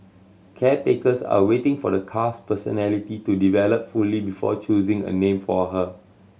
caretakers are waiting for the calf's personality to develop fully before choosing a name for her